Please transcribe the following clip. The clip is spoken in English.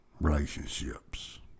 relationships